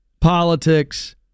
politics